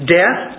death